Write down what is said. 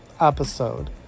episode